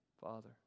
Father